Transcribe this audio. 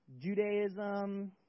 Judaism